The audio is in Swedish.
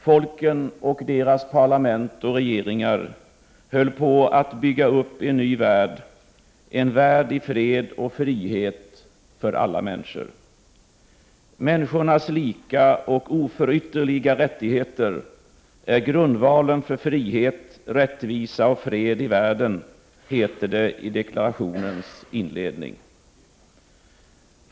Folken och deras parlament och regeringar höll på att bygga upp en ny värld, en värld i fred och frihet för alla människor. Människornas lika och oförytterliga rättigheter är grundvalen för frihet, rättvisa och fred i världen, heter det i deklarationens inledning.